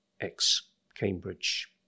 ex-Cambridge